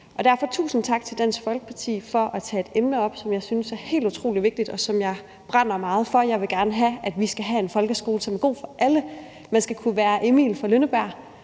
sige tusind tak til Dansk Folkeparti for at tage et emne op, som jeg synes er helt utrolig vigtigt, og som jeg brænder meget for. Jeg vil gerne have, at vi skal have en folkeskole, som er god for alle. Man skal kunne være Emil fra Lønneberg